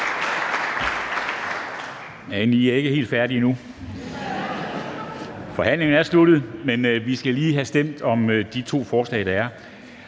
Forhandlingen er sluttet, men vi skal lige have stemt om de to forslag til